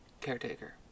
caretaker